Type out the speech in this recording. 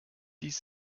dies